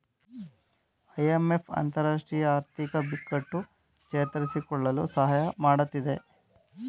IMF ಅಂತರರಾಷ್ಟ್ರೀಯ ಆರ್ಥಿಕ ಬಿಕ್ಕಟ್ಟು ಚೇತರಿಸಿಕೊಳ್ಳಲು ಸಹಾಯ ಮಾಡತ್ತಿದೆ